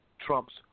Trump's